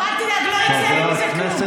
את זה הוא אוהב לשמוע.